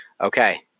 Okay